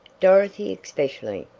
dorothy, especially,